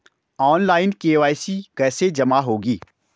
Online KYC कैसे जमा होगी?